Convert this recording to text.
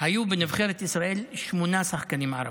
היו בנבחרת ישראל שמונה שחקנים ערבים.